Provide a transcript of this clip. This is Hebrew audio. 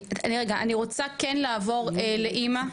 אני רוצה כן לעבור לאמא,